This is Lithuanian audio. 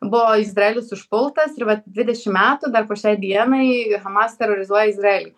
buvo izraelis užpultas ir vat dvidešim metų dar po šiai dienai hamas terorizuoja izraelį